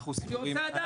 אני רוצה לדעת,